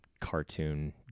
cartoon